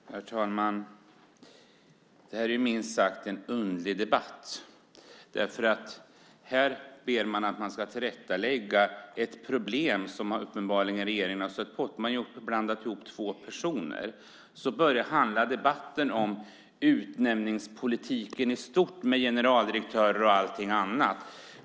Fru talman! Det här är en minst sagt underlig debatt. Här ber vi om att man ska tillrättalägga ett problem som regeringen har stött på. Man har blandat ihop två personer. Nu handlar debatten om utnämningsgpolitiken i stort med generaldirektörer och annat.